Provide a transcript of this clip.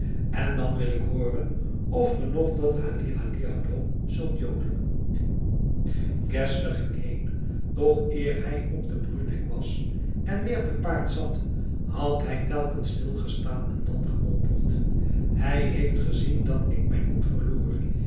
en dan wil ik hooren of ge nog dat halli halli hallo zult jodelen geszler ging heen doch eer hij op den bruneck was en weer te paard zat had hij telkens stil gestaan en dan gemompeld hij heeft gezien dat ik mijn moed verloor